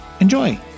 enjoy